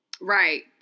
Right